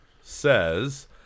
says